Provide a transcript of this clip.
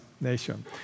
Nation